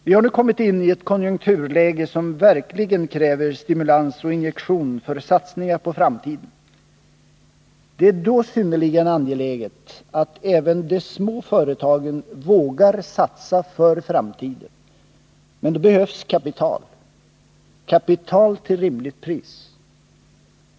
Vi har nu kommit in i ett konjunkturläge som verkligen kräver stimulans och injektion för satsningar på framtiden. Det är då synnerligen angeläget att även de små företagen vågar satsa på framtiden, men då behövs kapital — kapital till ett rimligt pris.